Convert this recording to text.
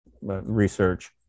research